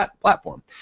platform